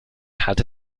hat